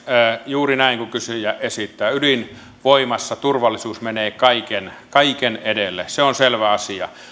juuri näin kuin kysyjä esittää ydinvoimassa turvallisuus menee kaiken kaiken edelle se on selvä asia